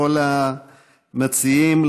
לכל המציעים,